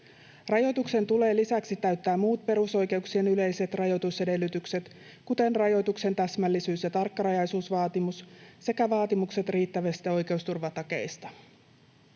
Rajoituksen tulee lisäksi täyttää muut perusoikeuksien yleiset rajoitusedellytykset, kuten rajoituksen täsmällisyys- ja tarkkarajaisuusvaatimus sekä vaatimukset riittävistä oikeusturvatakeista.